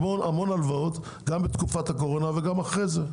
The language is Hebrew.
המון הלוואות גם בתקופת הקורונה וגם אחרי זה.